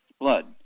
blood